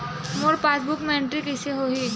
मोर passbook मा entry कइसे होही?